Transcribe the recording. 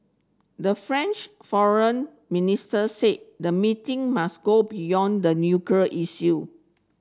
the French foreign minister said the meeting must go beyond the issue